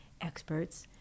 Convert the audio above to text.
experts